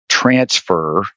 transfer